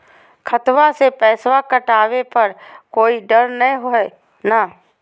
खतबा से पैसबा कटाबे पर कोइ डर नय हय ना?